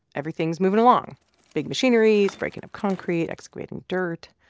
everything's moving along big machineries, breaking up concrete, excavating dirt